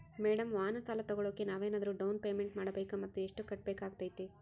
Madam ವಾಹನ ಸಾಲ ತೋಗೊಳೋಕೆ ನಾವೇನಾದರೂ ಡೌನ್ ಪೇಮೆಂಟ್ ಮಾಡಬೇಕಾ ಮತ್ತು ಎಷ್ಟು ಕಟ್ಬೇಕಾಗ್ತೈತೆ?